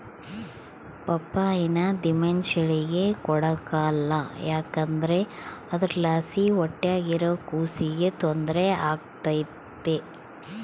ಪಪ್ಪಾಯಿನ ದಿಮೆಂಸೇಳಿಗೆ ಕೊಡಕಲ್ಲ ಯಾಕಂದ್ರ ಅದುರ್ಲಾಸಿ ಹೊಟ್ಯಾಗಿರೋ ಕೂಸಿಗೆ ತೊಂದ್ರೆ ಆಗ್ತತೆ